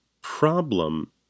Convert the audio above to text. problem